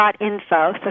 .info